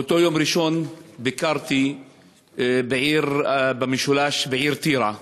באותו יום ראשון ביקרתי בעיר במשולש, בעיר טירה,